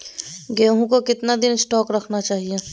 गेंहू को कितना दिन स्टोक रखना चाइए?